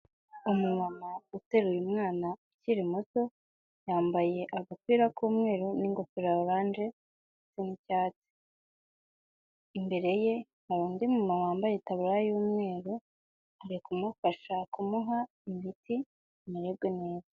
Umumama uteruye umwana ukiri muto yambaye agapira k'umweru n'ingofero ya oranje ndetse n'icyatsi. Imbere ye hari undi mumama wambaye itaburiya y'umweru ari kumufasha kumuha imiti ngo amererwe neza.